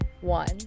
one